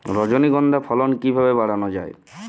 রজনীগন্ধা ফলন কিভাবে বাড়ানো যায়?